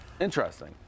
Interesting